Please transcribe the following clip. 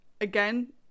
Again